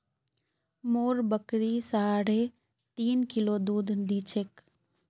मोर बकरी साढ़े तीन किलो दूध दी छेक